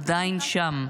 עדיין שם.